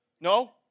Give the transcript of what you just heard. No